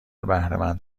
بهرهمند